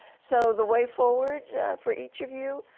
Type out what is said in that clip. so the way forward for each of you?